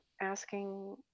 asking